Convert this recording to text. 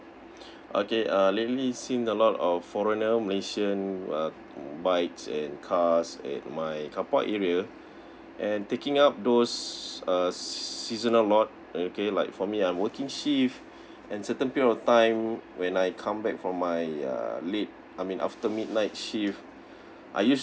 okay uh lately seen a lot of foreigner malaysian uh bikes and cars at my carpark area and taking up those uh seasonal lot okay like for me I'm working shift and certain period of time when I come back from my uh late I mean after midnight shift I used